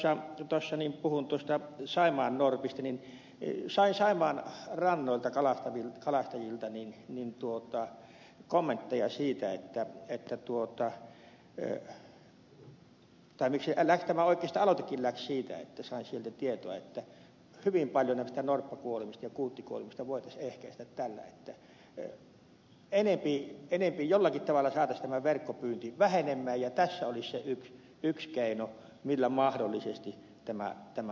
se miksi puhuin saimaannorpista niin sain saimaan rannoilta kalastajilta kommentteja siitä tai oikeastaan tämä aloitekin lähti siitä että sain sieltä tietoa että hyvin paljon näistä norppakuolemista ja kuuttikuolemista voitaisiin ehkäistä tällä että enempi jollakin tavalla saataisiin tämä verkkopyynti vähenemään ja tässä olisi se yksi keino jolla mahdollisesti tämä saataisiin tehtyä